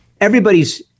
Everybody's